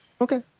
Okay